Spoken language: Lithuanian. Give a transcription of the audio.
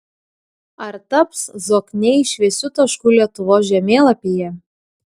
ar taps zokniai šviesiu tašku lietuvos žemėlapyje